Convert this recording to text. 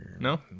No